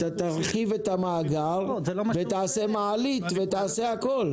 -- אתה תרחיב את המאגר ותעשה מעלית והכול.